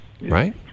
Right